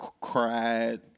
Cried